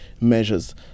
measures